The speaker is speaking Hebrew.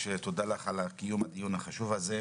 על קיום הדיון החשוב הזה.